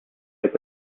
est